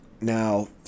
now